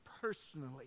personally